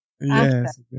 Yes